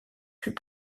fut